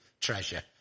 treasure